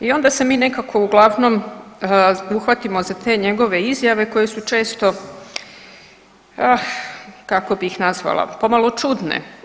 I onda se mi nekako uglavnom uhvatimo za te njegove izjave koje su često, ah kako bi ih nazvala, pomalo čudne.